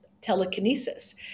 telekinesis